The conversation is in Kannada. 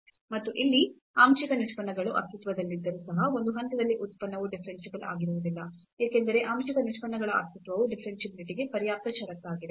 ಮತ್ತು ಇಲ್ಲಿ ಆಂಶಿಕ ನಿಷ್ಪನ್ನಗಳು ಅಸ್ತಿತ್ವದಲ್ಲಿದ್ದರೂ ಸಹ ಒಂದು ಹಂತದಲ್ಲಿ ಉತ್ಪನ್ನವು ಡಿಫರೆನ್ಸಿಬಲ್ ಆಗಿರುವುದಿಲ್ಲ ಏಕೆಂದರೆ ಆಂಶಿಕ ನಿಷ್ಪನ್ನಗಳ ಅಸ್ತಿತ್ವವು ಡಿಫರೆನ್ಷಿಯಾಬಿಲಿಟಿ ಗೆ ಪರ್ಯಾಪ್ತ ಷರತ್ತಾಗಿದೆ